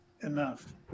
enough